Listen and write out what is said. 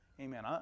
Amen